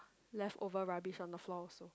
leftover rubbish on the floor also